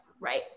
Right